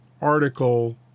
article